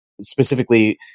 specifically